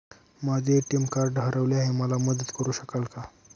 माझे ATM card हरवले आहे, मला मदत करु शकाल का?